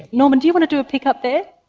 norman do you want to do a pick up there?